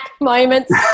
moments